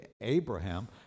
Abraham